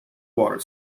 water